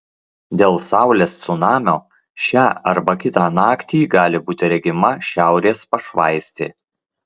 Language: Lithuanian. dėl saulės cunamio šią arba kitą naktį gali būti regima šiaurės pašvaistė